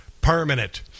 permanent